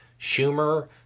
Schumer